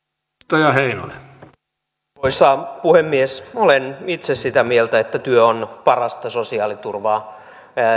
arvoisa puhemies olen itse sitä mieltä että työ on parasta sosiaaliturvaa